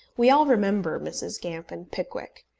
we all remember mrs. gamp and pickwick.